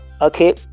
Okay